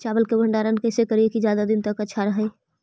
चावल के भंडारण कैसे करिये की ज्यादा दीन तक अच्छा रहै?